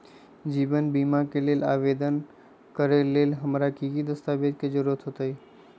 जीवन बीमा के लेल आवेदन करे लेल हमरा की की दस्तावेज के जरूरत होतई?